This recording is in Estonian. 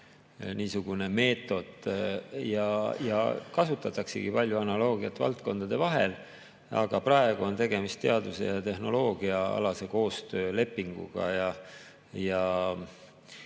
arvestatav meetod ja kasutataksegi palju analoogiat valdkondade vahel. Aga praegu on tegemist teadus- ja tehnoloogiaalase koostöölepinguga.